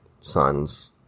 sons